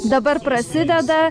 dabar prasideda